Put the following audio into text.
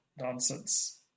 nonsense